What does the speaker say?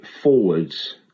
forwards